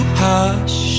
hush